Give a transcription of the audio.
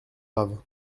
grave